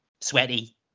sweaty